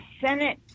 Senate